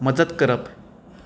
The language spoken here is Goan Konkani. मजत करप